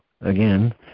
again